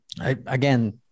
again